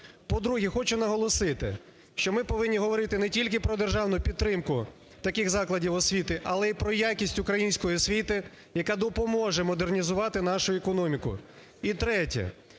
По-друге, хочу наголосити, що ми повинні говорити не тільки про державну підтримку таких закладів освіти, але і про якість української освіти, яка допоможе модернізувати нашу економіку. І третє.